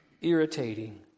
irritating